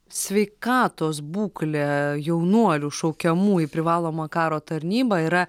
sveikatos būklė jaunuolių šaukiamų į privalomą karo tarnybą yra